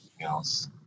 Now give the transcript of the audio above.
else